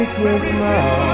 Christmas